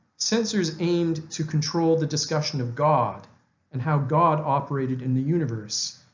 censors aimed to control the discussion of god and how god operated in the universe.